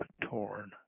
torn